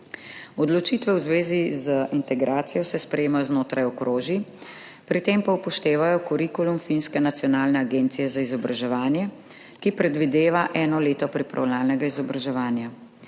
Odločitve v zvezi z integracijo se sprejemajo znotraj okrožij, pri tem pa upoštevajo kurikulum finske nacionalne agencije za izobraževanje, ki predvideva eno leto pripravljalnega izobraževanja.